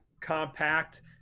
compact